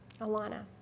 Alana